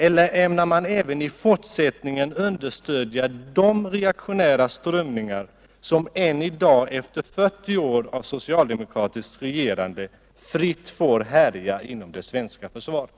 Eller ämnar man även i fortsättningen understödja de reaktionära strömningar som än i dag, efter 40 år av socialdemokratiskt regerande, fritt får härja inom det svenska försvaret?